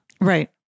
Right